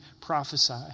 prophesy